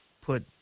put